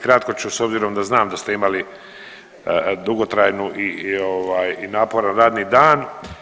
Kratko ću s obzirom da znam da ste imali dugotrajnu i ovaj naporan radni dan.